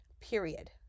period